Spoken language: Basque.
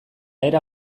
era